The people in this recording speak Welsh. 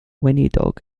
weinidog